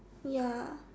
ya